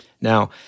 Now